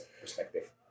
perspective